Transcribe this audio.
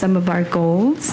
some of our goals